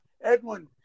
Edwin